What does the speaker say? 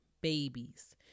babies